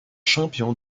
champion